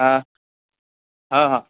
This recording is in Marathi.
हो हो हो